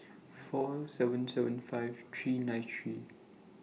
four seven seven five three nine three